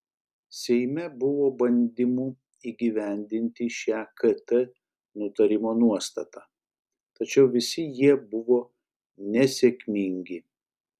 seime buvo bandymų įgyvendinti šią kt nutarimo nuostatą tačiau visi jie buvo nesėkmingi